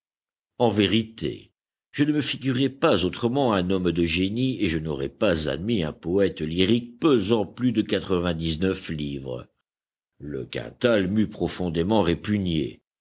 en vérité je ne me figurais pas autrement un homme de génie et je n'aurais pas admis un poëte lyrique pesant plus de quatre-vingt-dix-neuf livres le quintal m'eût profondément